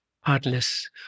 heartless